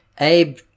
abe